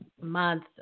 month